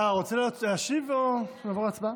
אתה רוצה להשיב או שנעבור להצבעה?